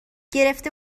گرفته